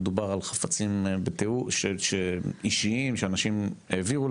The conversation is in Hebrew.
מדובר על חפצים אישיים שאנשים העבירו